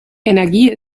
energie